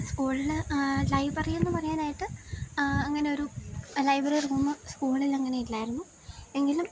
സ്കൂളില് ലൈബ്രറിയെന്ന് പറയാനായിട്ട് അങ്ങനെയൊരു ലൈബ്രറി റൂം സ്കൂളിലങ്ങനെയില്ലായിരുന്നു എങ്കിലും